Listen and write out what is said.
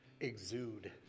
exude